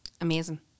Amazing